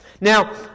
Now